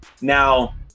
now